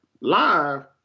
live